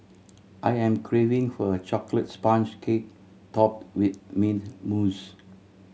I am craving for a chocolate sponge cake topped with mint mousse